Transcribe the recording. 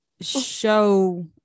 show